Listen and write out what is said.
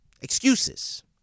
Excuses